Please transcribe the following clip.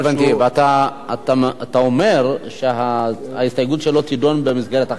אתה אומר שההסתייגות שלו תידון במסגרת אחרת.